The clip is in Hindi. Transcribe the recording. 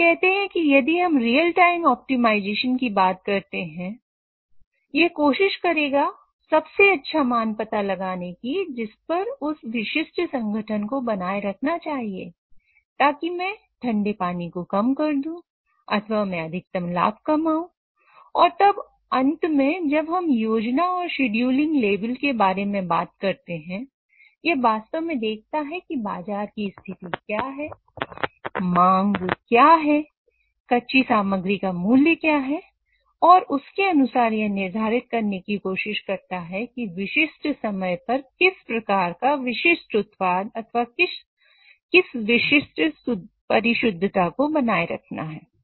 हम कहते हैं कि यदि हम रियल टाइम ऑप्टिमाइजेशन के बारे में बात करते हैं यह वास्तव में देखता है कि बाजार की स्थिति क्या है मांग क्या है कच्ची सामग्री का मूल्य क्या है और उसके अनुसार यह निर्धारित करने की कोशिश करता है कि उस विशिष्ट समय पर किस प्रकार का विशिष्ट उत्पाद अथवा किस विशिष्ट परिशुद्धता को बनाए रखना है